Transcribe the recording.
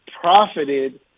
profited